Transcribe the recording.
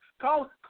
call